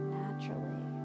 naturally